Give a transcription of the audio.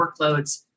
workloads